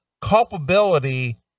culpability